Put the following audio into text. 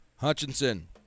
Hutchinson